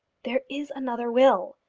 there is another will.